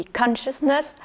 consciousness